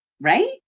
right